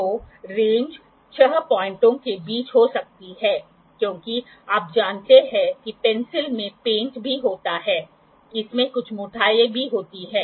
तो रेंज छह पाॅइंटो के बीच हो सकती है क्योंकि आप जानते हैं कि पेंसिल में पेंट भी होता है इसमें कुछ मोटाई भी होती है